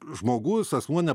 žmogus asmuo ne